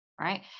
right